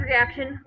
Reaction